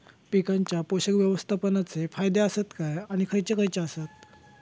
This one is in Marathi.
पीकांच्या पोषक व्यवस्थापन चे फायदे आसत काय आणि खैयचे खैयचे आसत?